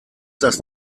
das